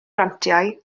grantiau